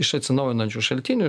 iš atsinaujinančių šaltinių